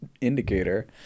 indicator